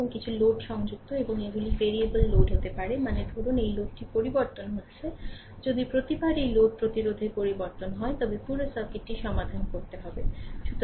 এবং কিছু লোড সংযুক্ত এবং এগুলি ভেরিয়েবল লোড হতে পারে মানে ধরুন এই লোডটি পরিবর্তন হচ্ছে যদি প্রতিবার এই লোড প্রতিরোধের পরিবর্তন হয় তবে পুরো সার্কিটটি সমাধান করতে হবে